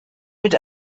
mit